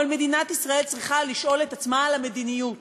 אבל מדינת ישראל צריכה לשאול את עצמה על המדיניות